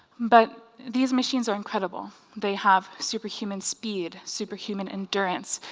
but these machines are incredible. they have superhuman speed, superhuman endurance,